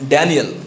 Daniel